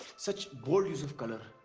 such bold use of colors.